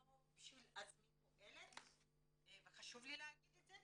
לא פועלת בשביל עצמי וחשוב לי להגיד את זה,